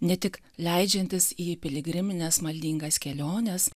ne tik leidžiantis į piligrimines maldingas keliones